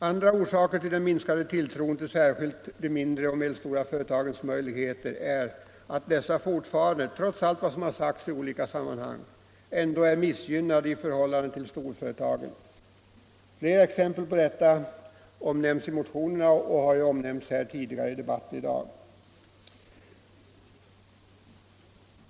Andra orsaker till den minskade tilltron till särskilt de mindre och medelstora företagens möjligheter är att dessa fortfarande, trots allt som sagts i olika sammanhang, ändå är missgynnade i förhållande till storföretagen. Flera exempel på detta har omnämnts tidigare och även i debatten i dag.